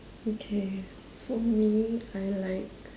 okay for me I like